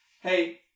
Hey